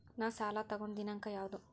ನಾ ಸಾಲ ತಗೊಂಡು ದಿನಾಂಕ ಯಾವುದು?